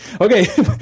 Okay